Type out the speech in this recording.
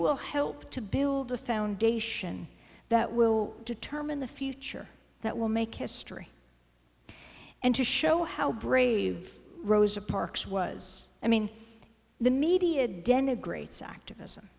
will help to build a foundation that will determine the future that will make history and to show how brave rosa parks was i mean the media denigrates activism